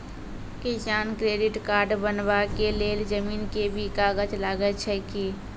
किसान credit card बनबा के लेल जमीन के भी कागज लागै छै कि?